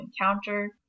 encounter